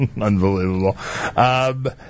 Unbelievable